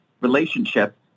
relationship